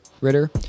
Ritter